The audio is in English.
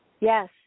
Yes